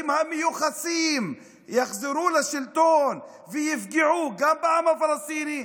המיוחסים יחזרו לשלטון ויפגעו גם בעם הפלסטיני,